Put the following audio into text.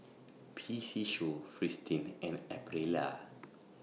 P C Show Fristine and Aprilia